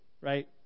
right